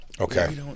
Okay